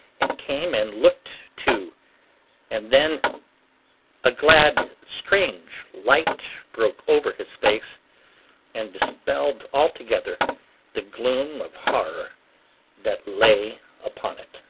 and came and looked too and then a glad, strange light broke over his face and dispelled altogether the gloom of horror that lay upon it.